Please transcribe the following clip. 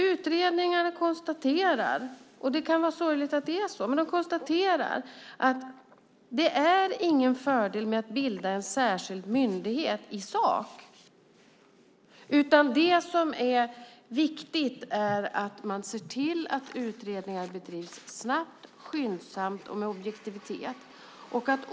Utredningarna konstaterar, och det kan vara sorgligt att det är så, att det inte är någon fördel med att bilda en särskild myndighet. Det som är viktigt är att se till att utredningarna bedrivs snabbt, skyndsamt och med objektivitet.